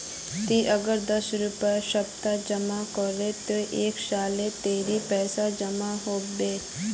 ती अगर दस रुपया सप्ताह जमा करबो ते एक सालोत कतेरी पैसा जमा होबे बे?